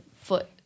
foot